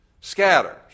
scatters